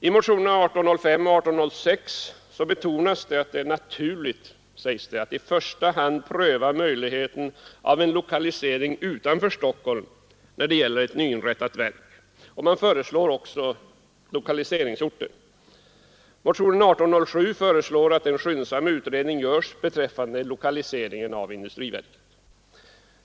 I motionerna 1805 och 1806 betonas att det är ”naturligt” att i första hand pröva möjligheten av en lokalisering utanför Stockholm när det gäller ett nyinrättat verk. Man föreslår också lokaliseringsorter. I motionen 1807 föreslås att en skyndsam utredning görs beträffande lokaliseringen av industriverket.